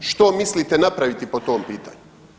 Što mislite napraviti po tom pitanju?